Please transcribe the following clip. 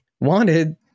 wanted